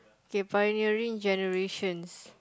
kay pioneering generations